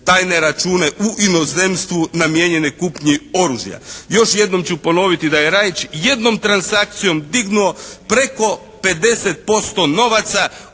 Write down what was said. tajne račune u inozemstvu namijenjene kupnji oružja. Još jednom ću ponoviti da je Raić jednom transakcijom dignuo preko 50% novaca,